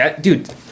Dude